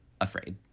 afraid